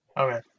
Okay